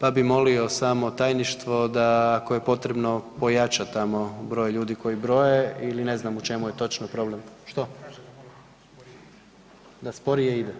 pa bih molio samo Tajništvo da, ako je potrebno, pojača tamo broj ljudi koji broje ili ne znam u čemu je točno problem ... [[Upadica se ne čuje.]] da sporije ide?